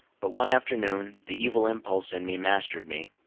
but one afternoon the evil impulse in me mastered me,